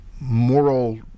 moral